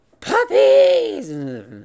puppies